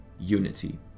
unity